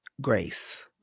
grace